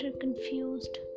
confused